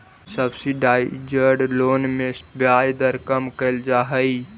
subsidised loan में ब्याज दर कम कैल जा हइ